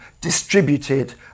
distributed